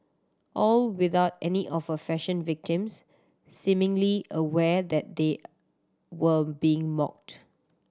all without any of her fashion victim seemingly aware that they were being mocked